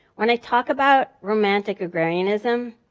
when i talk about romantic agrarianism,